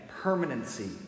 permanency